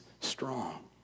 strong